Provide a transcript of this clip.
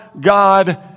God